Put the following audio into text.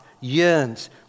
yearns